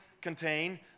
contain